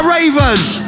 Ravers